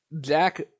Jack